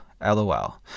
LOL